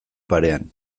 parean